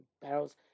barrels